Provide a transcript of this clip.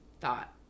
thought